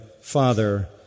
father